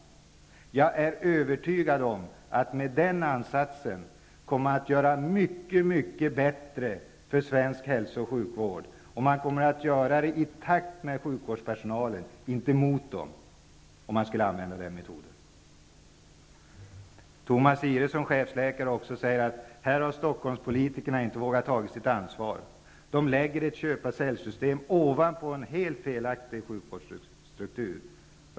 Jag är övertygad om att man med den ansatsen kan göra mycket för svensk hälso och sjukvård -- och det i takt med sjukvårdspersonalen. Tomas Ihre säger också att Stockholmspolitikerna inte har vågat ta sitt ansvar. De lägger ett köpa-- sälj-system ovanpå en helt felaktig sjukvårdsstruktur.